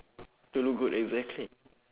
to look good exactly